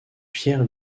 pierre